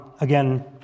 again